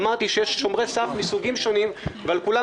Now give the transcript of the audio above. אמרתי שיש שומרי סף מסוגים שונים ועל כולם